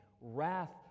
wrath